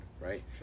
right